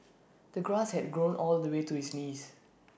the grass had grown all the way to his knees